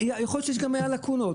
יכול להיות שגם היו לקונות,